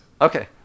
Okay